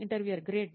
interviewer great